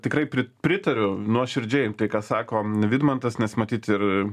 tikrai pritariu nuoširdžiai tai ką sako vidmantas nes matyt ir